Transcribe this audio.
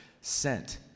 sent